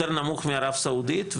יותר נמוך מערב הסעודית,